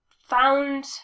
found